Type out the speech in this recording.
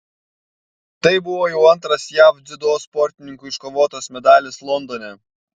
tai buvo jau antras jav dziudo sportininkų iškovotas medalis londone